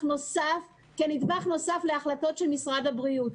נוסף כנדבך נוסף להחלטות משרד הבריאות.